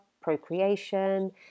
procreation